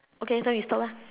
okay then we stop lah